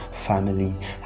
family